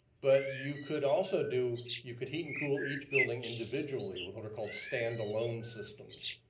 but you could also do, you could heat and cool each building individually with what are called standalone systems.